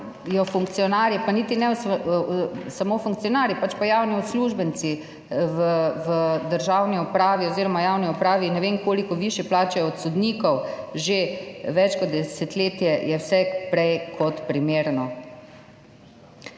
pa niti ne samo funkcionarji, pač pa javni uslužbenci v državni upravi oziroma javni upravi ne vem koliko višje plače od sodnikov že več kot desetletje, je vse prej kot primerno.